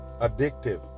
addictive